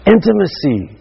Intimacy